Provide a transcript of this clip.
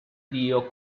dio